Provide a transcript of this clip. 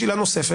שיש עילה נוספת,